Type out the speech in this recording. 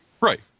Right